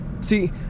See